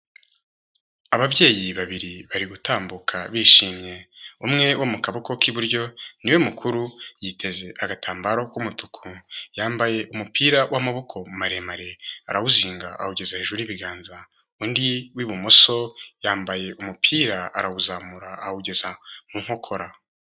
Ababyeyi babiri bari gutambuka bishimye, umwe wo mu kaboko k'iburyo niwe mukuru yiteze agatambaro k'umutuku yambaye umupira w'amaboko maremare arawuzinga awugeza hejuru y'ibiganza undi w'ibumoso yambaye umupira arawuzamura awugeza mu nkokora.